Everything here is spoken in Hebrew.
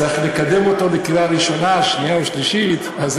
צריך לקדם אותו לקריאה ראשונה, שנייה ושלישית.